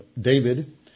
David